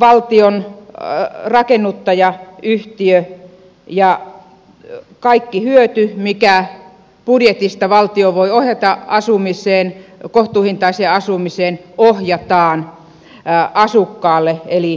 valtion rakennuttajayhtiö ja kaikki hyöty minkä budjetista valtio voi ohjata kohtuuhintaiseen asumiseen ohjataan asukkaalle eli vuokralaiselle